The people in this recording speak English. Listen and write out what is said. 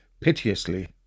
piteously